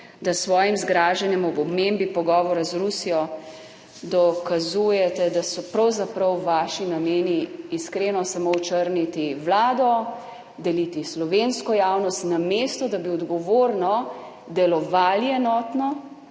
da s svojim zgražanjem ob omembi pogovora z Rusijo dokazujete, da so pravzaprav vaši nameni iskreno samo očrniti Vlado, deliti slovensko javnost, namesto da bi odgovorno delovali enotno,